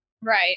Right